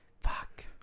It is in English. Fuck